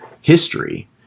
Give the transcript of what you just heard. history